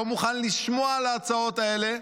לא מוכן לשמוע על ההצעות האלה.